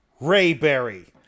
Rayberry